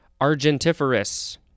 argentiferous